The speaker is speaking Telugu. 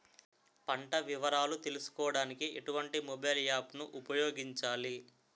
పంట వివరాలు తెలుసుకోడానికి ఎటువంటి మొబైల్ యాప్ ను ఉపయోగించాలి?